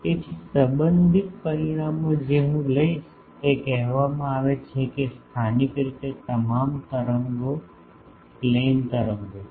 તેથી સંબંધિત પરિણામો જે હું લઈશ તે કહેવામાં આવે છે કે સ્થાનિક રીતે તમામ તરંગો પ્લેન તરંગો છે